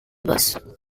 moss